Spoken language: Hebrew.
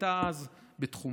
שהייתה אז בתחומה.